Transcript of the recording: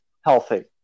healthy